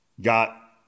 got